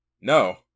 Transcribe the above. No